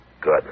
Good